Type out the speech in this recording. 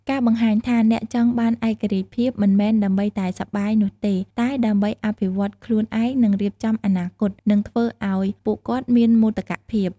ការបង្ហាញថាអ្នកចង់បានឯករាជ្យភាពមិនមែនដើម្បីតែសប្បាយនោះទេ តែដើម្បីអភិវឌ្ឍន៍ខ្លួនឯង និងរៀបចំអនាគត នឹងធ្វើឲ្យពួកគាត់មានមោទកភាព។